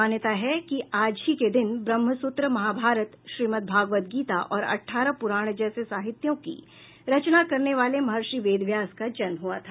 मान्यता है कि आज ही के दिन ब्रह्म सूत्र महाभारत श्रीमदभागवत गीत और अठारह पुराण जैसे साहित्यों का रचना करने वाले महर्षि वेद व्यास का जन्म हुआ था